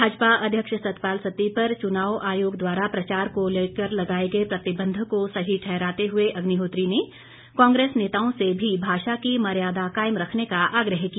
भाजपा अध्यक्ष सतपाल सत्ती पर चुनाव आयोग द्वारा प्रचार को लेकर लगाए गए प्रतिबंध को सही ठहराते हुए अग्निहोत्री ने कांग्रेस नेताओं से भी भाषा की मर्यादा कायम रखने का आग्रह किया